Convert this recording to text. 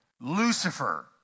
Lucifer